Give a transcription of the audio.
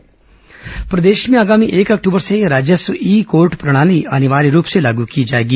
collector conference प्रदेश में आगामी एक अक्टूबर से राजस्व ई कोर्ट प्रणाली अनिवार्य रूप से लागू की जाएगी